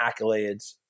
accolades